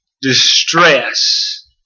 distress